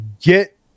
get